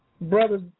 Brothers